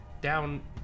Down